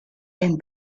and